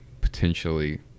potentially